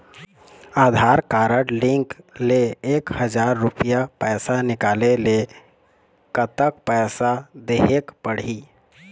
आधार card link ले एक हजार रुपया पैसा निकाले ले कतक पैसा देहेक पड़ही?